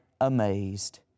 amazed